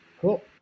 Cool